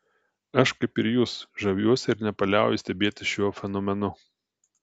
aš kaip ir jūs žaviuosi ir nepaliauju stebėtis šiuo fenomenu